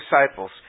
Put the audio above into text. disciples